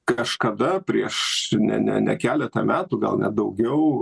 kažkada prieš ne ne keletą metų gal net daugiau